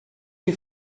que